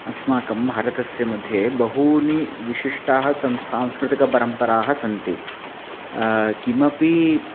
अस्माकं भारतस्य मध्ये बह्व्यः विशिष्टाः सः सांस्कृतिकपरम्पराः सन्ति किमपि